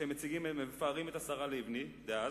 כשהם מפארים את השרה לבני דאז,